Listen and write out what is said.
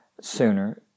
sooner